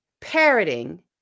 parroting